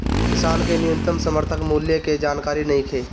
किसान के न्यूनतम समर्थन मूल्य के जानकारी नईखे